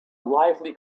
lively